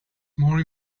more